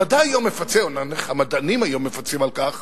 המדע היום מפצה אומנם, המדענים היום מפצים על כך